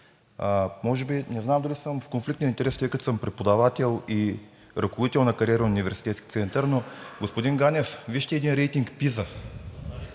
Не знам дали съм в конфликт на интереси, тъй като съм преподавател и ръководител на кариерен университетски център, но, господин Ганев, вижте един рейтинг PISA,